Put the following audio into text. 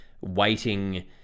waiting